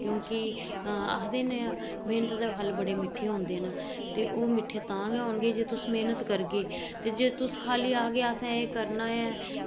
क्युंकि आक्खदे न कि मैह्नत दे फल बड़े मिट्ठे होंदे न ते ओह् मिट्ठे तां गै होंदे जे तुस मैह्नत करगे ते जे तुस आक्खगे खाली अस ते एह् करना ऐ